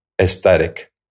aesthetic